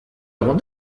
egon